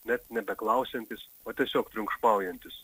net nebeklausiantys o tiesiog triunkšmaujantys